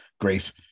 Grace